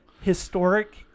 historic